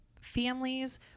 families